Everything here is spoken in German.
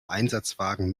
einsatzwagen